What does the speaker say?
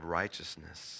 righteousness